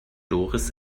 doris